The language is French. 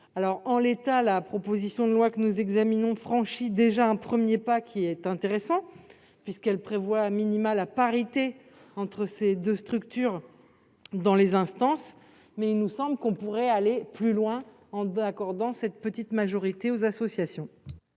En l'état, la proposition de loi que nous examinons franchit déjà un premier pas intéressant, puisqu'elle prévoit la parité entre ces deux structures dans les instances. Mais il nous semble qu'on pourrait aller plus loin en accordant une petite majorité aux associations.